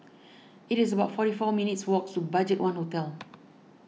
It is about forty four minutes' walk to Budgetone Hotel